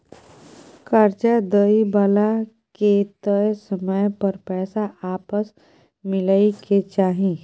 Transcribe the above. कर्जा दइ बला के तय समय पर पैसा आपस मिलइ के चाही